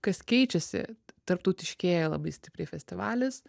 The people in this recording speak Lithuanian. kas keičiasi tarptautiškėja labai stipriai festivalis